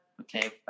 okay